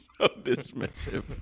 dismissive